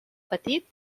petit